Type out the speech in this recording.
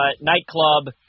nightclub